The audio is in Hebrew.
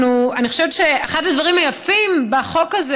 אני חושבת שאחד הדברים היפים בחוק הזה